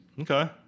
Okay